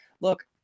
look